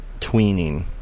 tweening